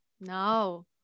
No